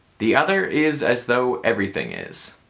the other is as though everything is.